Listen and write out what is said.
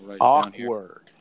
Awkward